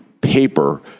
paper